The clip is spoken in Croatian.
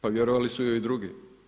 Pa vjerovali su joj i drugi.